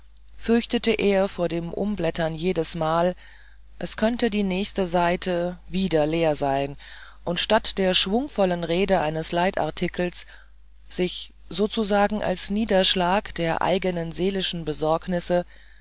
fürchtete er vor dem umblättern jedesmal es könnte die nächste seite wieder leer sein und statt der schwungvollen rede eines leitartikels sich sozusagen als niederschlag der eigenen seelischen besorgnisse